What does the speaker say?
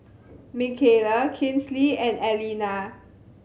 Mckayla Kinsley and Aleena